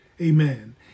Amen